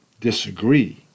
disagree